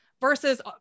versus